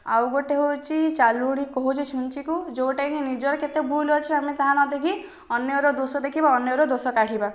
ଆଉ ଗୋଟିଏ ହେଉଛି ଚାଲୁଣି କହୁଛି ଛୁଞ୍ଚିକୁ ଯେଉଁଟା କି ନିଜର କେତେ ଭୁଲ ଅଛି ଆମେ ତାହା ନ ଦେଖି ଅନ୍ୟର ଦୋଷ ଦେଖି ବା ଅନ୍ୟର ଦୋଷ କାଢ଼ିବା